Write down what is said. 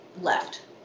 left